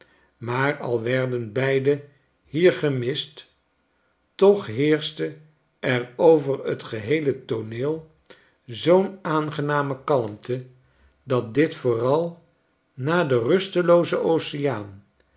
maar al werden beide hier gemist toch heerschte er over j t geheele tooneel zoo'n aangename kalmte dat dit vooral na denrusteioozen oceaan